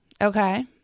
Okay